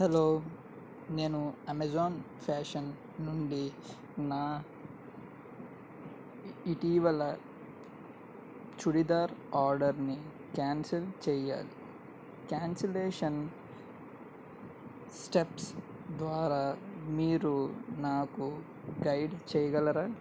hello నేను Amazon fashion నుండి నా ఇటీవల చుడీదార్ ఆర్డర్ని కాన్సిల్ చేయాలి క్యాన్సిలేషన్ స్టెప్స్ ద్వారా మీరు నాకు గైడ్ చేయగలరా